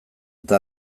eta